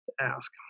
ask